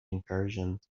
incursions